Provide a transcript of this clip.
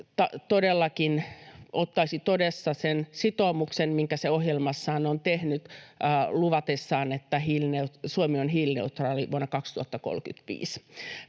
todellakin ottaisi todesta sen sitoumuksen, minkä se ohjelmassaan on tehnyt luvatessaan, että Suomi on hiilineutraali vuonna 2035.